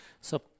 So-